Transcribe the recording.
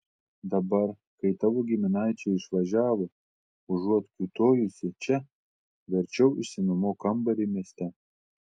dabar kai tavo giminaičiai išvažiavo užuot kiūtojusi čia verčiau išsinuomok kambarį mieste